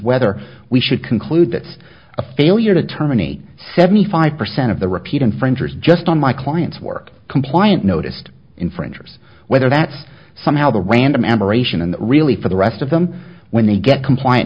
whether we should conclude that a failure to terminate seventy five percent of the repeat infringers just on my client's work compliant noticed infringers whether that's somehow the random aberration and really for the rest of them when they get compliant